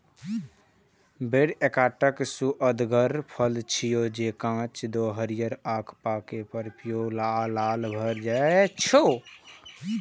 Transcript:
बेर एकटा सुअदगर फल छियै, जे कांच मे हरियर आ पाके पर पीयर आ लाल भए जाइ छै